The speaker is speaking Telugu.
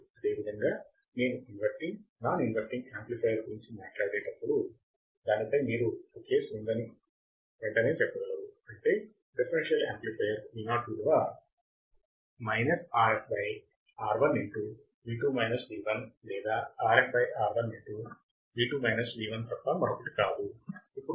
అదేవిధంగా నేను ఇన్వర్టింగ్ నాన్ ఇన్వర్టింగ్ యాంప్లిఫైయర్ గురించి మాట్లాడేటప్పుడు దానిపై మీరు ఒక కేసు ఉందని వెంటనే చెప్పగలరు అంటే డిఫరెన్షియల్ యాంప్లిఫైయర్ Vo విలువ లేదా తప్ప మరొకటి కాదు